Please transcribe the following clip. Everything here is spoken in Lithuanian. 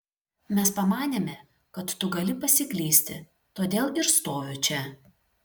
mes pamanėme kad tu gali pasiklysti todėl ir stoviu čia